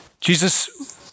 Jesus